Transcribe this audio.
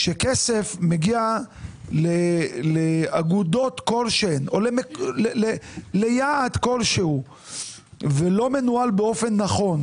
כאשר כסף מגיע לאגודות כלשהן או ליעד כלשהו ולא מנוהל באופן נכון,